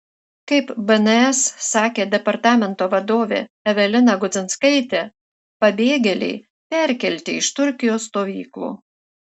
kaip bns sakė departamento vadovė evelina gudzinskaitė pabėgėliai perkelti iš turkijos stovyklų